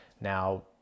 Now